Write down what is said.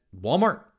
Walmart